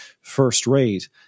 first-rate –